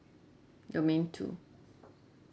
domain two